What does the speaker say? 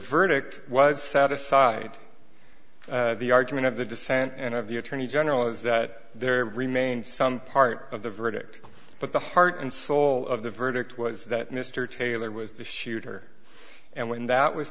verdict was satisfied the argument of the dissent and of the attorney general is that there remains some part of the verdict but the heart and soul of the verdict was that mr taylor was the shooter and when that w